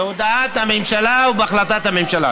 בהודעת הממשלה ובהחלטת הממשלה.